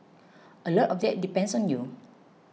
a lot of that depends on you